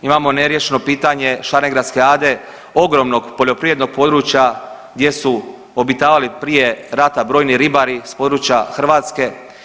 Imamo neriješeno pitanje Šarengradske ade ogromnog poljoprivrednog područja gdje su obitavali prije rata brojni ribari s područja Hrvatske.